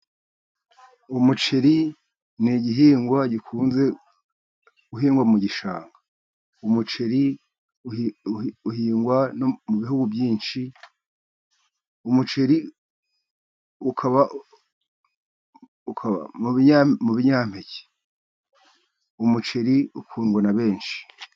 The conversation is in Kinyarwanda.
Umuceri ni igihingwa gikunze guhingwa mu gishanga, umuceri uhingwa mu bihugu byinshi, umuceri mu ukaba mu binyampeke, umuceri ukundwa na benshi.